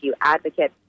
advocate